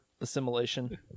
assimilation